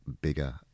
bigger